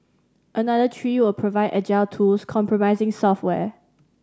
another three will provide agile tools comprising software